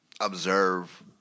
observe